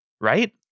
Right